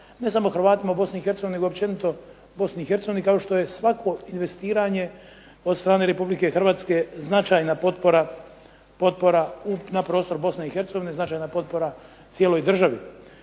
nego općenito Bosni i Hercegovini kao što je svako investiranje od strane Republike Hrvatske značajna potpora na prostoru Bosne i Hercegovine, značajna potpora cijeloj državi.